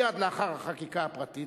מייד לאחר החקיקה הפרטית,